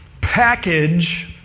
package